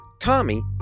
Tommy